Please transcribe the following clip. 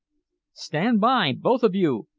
stand by, both of you!